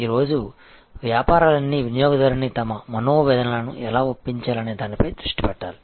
ఈరోజు వ్యాపారాలన్నీ వినియోగదారుని తమ మనోవేదనలను ఎలా ఒప్పించాలనే దానిపై దృష్టి పెట్టాలి